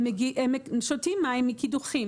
הם שותים מים מקידוחים.